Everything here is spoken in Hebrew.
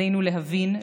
עלינו להבין,